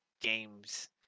games